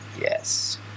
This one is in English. yes